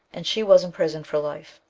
and she was imprisoned for life.